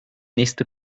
nächste